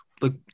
look